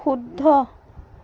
শুদ্ধ